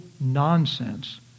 nonsense